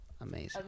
amazing